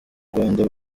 rwanda